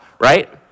right